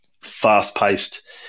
fast-paced